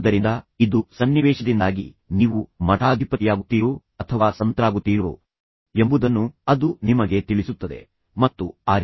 ಆದ್ದರಿಂದ ಇದು ಸನ್ನಿವೇಶದಿಂದಾಗಿ ನೀವು ಮಠಾಧಿಪತಿಯಾಗುತ್ತೀರೋ ಅಥವಾ ಸಂತರಾಗುತ್ತೀರೋ ಎಂಬುದನ್ನು ಅದು ನಿಮಗೆ ತಿಳಿಸುತ್ತದೆ ಅದು ನಿಮ್ಮೊಳಗಿನ ಒಳಮನಸ್ಸನ್ನು ಬಹಿರಂಗಪಡಿಸುತ್ತದೆ